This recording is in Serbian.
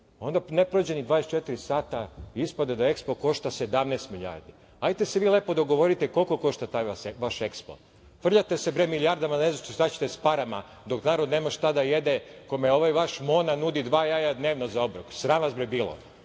onda ne prođe ni 24 sata ispade da EKSPO košta 17 milijardi. Hajte se vi lepo dogovorite koliko košta taj vaš EKSPO. Frljate se milijardama, ne znate šta ćete s parama dok narod nema šta da jede, a kome ovaj vaš Mona nudi dva jaja dnevno za obrok. Sram vas bilo. Još